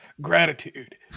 gratitude